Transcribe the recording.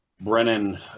Brennan